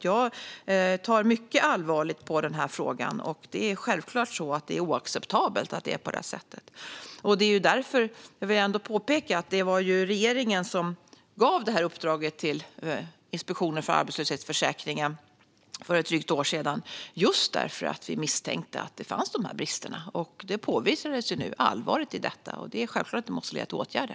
Jag tar mycket allvarligt på den här frågan. Det är självklart oacceptabelt att det är på det här sättet. Det var därför regeringen - det vill jag ändå påpeka - gav det här uppdraget till Inspektionen för arbetslöshetsförsäkringen för ett drygt år sedan: just för att vi misstänkte att de här bristerna fanns. Nu har allvaret i detta påvisats, och det är självklart att det måste leda till åtgärder.